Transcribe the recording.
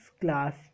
class